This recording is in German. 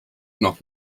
noch